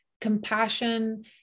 compassion